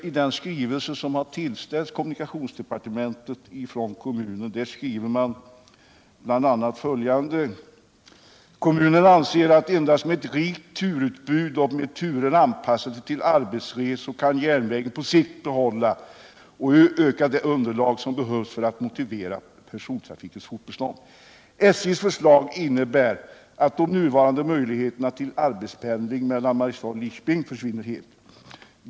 I den skrivelse som tillställts kommundepartementet från kommunen skriver man bl.a. följande: ”Kommunerna anser att endast med ett rikt turutbud och med turer anpassade till arbetsresor kan järnvägen på sikt behålla och öka det underlag som behövs för att motivera persontrafikens fortbestånd. SJ:s förslag innebär att de nuvarande möjligheterna till arbetspendling mellan Mariestad och Lidköping försvinner helt.